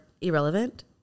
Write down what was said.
irrelevant